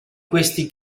questi